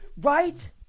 right